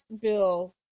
Bill